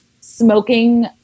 smoking